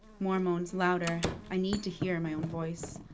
more moans, louder. i need to hear my own voice.